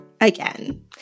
again